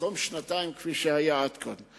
במקום שנתיים כפי שהיה עד כאן.